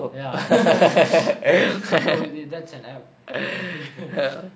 ya no that's an app